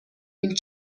این